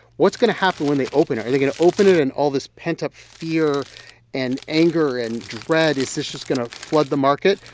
what's going to happen when they open? are they going to open it and all this pent-up fear and anger and dread is this just going to flood the market?